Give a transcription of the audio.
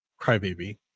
Crybaby